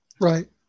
Right